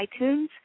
iTunes